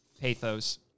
pathos